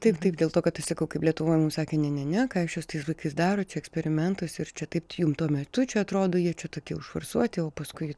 taip taip dėl to kad aš sakau kaip lietuvoj mums sakė ne ne ne ką jūs čia su tais vaikais darot eksperimentus ir čia taip jum tuo metu čia atrodo jie čia tokie užforsuoti o paskui